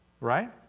right